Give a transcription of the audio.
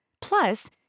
Plus